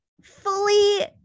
Fully